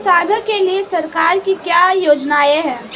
किसानों के लिए सरकार की क्या योजनाएं हैं?